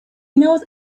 knows